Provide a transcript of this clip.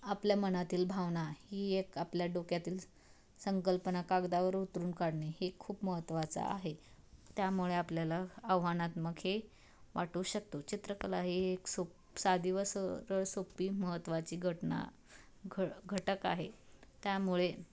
आपल्या मनातील भावना ही एक आपल्या डोक्यातील संकल्पना कागदावर उतरून काढणे हे खूप महत्वाचां आहे त्यामुळे आपल्याला आव्हानात्मक हे वाटू शकतो चित्रकला ही एक सोपी साधी व सरळ सोप्पी महत्त्वाची घटना घ घटक आहे त्यामुळे